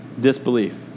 disbelief